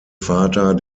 vater